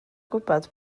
gwybod